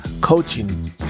coaching